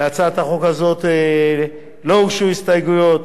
להצעת החוק הזאת לא הוגשו הסתייגויות.